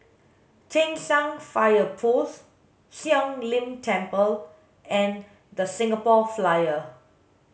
Cheng San Fire Post Siong Lim Temple and The Singapore Flyer